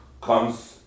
comes